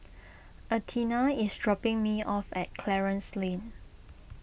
Athena is dropping me off at Clarence Lane